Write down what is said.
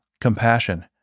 compassion